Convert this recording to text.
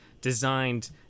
designed